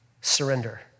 surrender